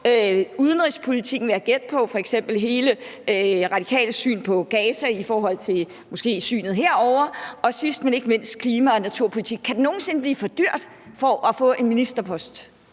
udenrigspolitikken, vil jeg gætte på. Det gælder f.eks. hele Radikales syn på Gaza i forhold til måske synet ovre til højre og sidst, men ikke mindst, klima og naturpolitikken. Kan det nogen sinde blive for dyrt at få en ministerpost?